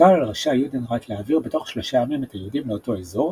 הוטל על ראשי היודנראט להעביר בתוך שלושה ימים את היהודים לאותו אזור,